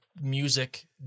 music